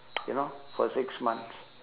you know for six months